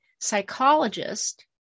psychologist